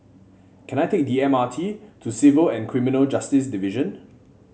can I take the M R T to Civil and Criminal Justice Division